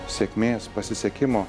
sėkmės pasisekimo